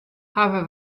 hawwe